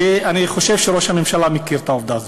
ואני חושב שראש הממשלה מכיר את העובדה הזאת.